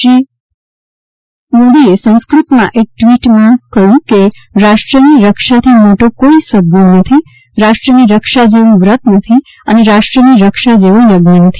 શ્રી સંસ્કૃતમાં એક ટ્વીટમાં શ્રી મોદીએ કહ્યું કે રાષ્ટ્રની રક્ષાથી મોટો કોઈ સદગુણ નથી રાષ્ટ્રની રક્ષા જેવું વ્રત નથી અને રાષ્ટ્રની રક્ષા જેવો યજ્ઞ નથી